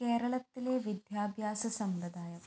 കേരളത്തിലെ വിദ്യാഭ്യാസ സമ്പ്രദായം